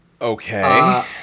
Okay